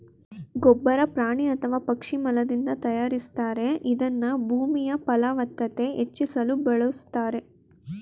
ಗೊಬ್ಬರ ಪ್ರಾಣಿ ಅಥವಾ ಪಕ್ಷಿ ಮಲದಿಂದ ತಯಾರಿಸ್ತಾರೆ ಇದನ್ನ ಭೂಮಿಯಫಲವತ್ತತೆ ಹೆಚ್ಚಿಸಲು ಬಳುಸ್ತಾರೆ